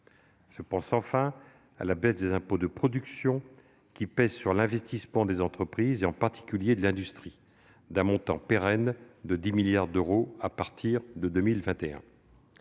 Je pense enfin à la baisse des impôts de production, qui pèsent sur l'investissement des entreprises, en particulier dans l'industrie, d'un montant pérenne de 10 milliards d'euros à partir de 2021.